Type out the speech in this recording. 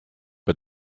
but